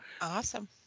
awesome